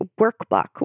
workbook